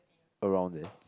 around there